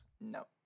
No